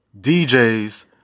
DJs